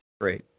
Great